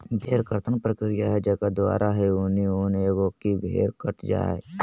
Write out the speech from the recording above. भेड़ कर्तन प्रक्रिया है जेकर द्वारा है ऊनी ऊन एगो की भेड़ कट जा हइ